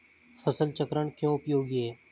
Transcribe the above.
फसल चक्रण क्यों उपयोगी है?